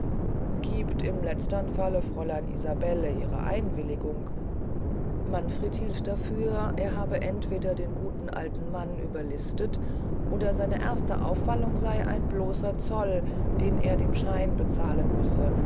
giebt im letztern falle fräulein isabelle ihre einwilligung manfred hielt dafür er habe entweder den guten alten mann überlistet oder seine erste aufwallung sey ein bloßer zoll den er dem schein bezahlen müssen